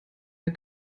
der